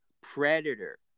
Predator